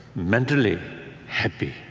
mentally happy